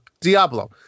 Diablo